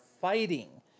fighting